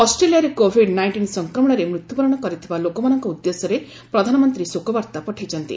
ଅଷ୍ଟ୍ରେଲିଆରେ COVID nineteen ସଂକ୍ରମଣରେ ମୃତ୍ୟୁବରଣ କରିଥିବା ଲୋକମାନଙ୍କ ଉଦ୍ଦେଶ୍ୟରେ ପ୍ରଧାନମନ୍ତ୍ରୀ ଶୋକବାର୍ତ୍ତା ପଠାଇଛନ୍ତି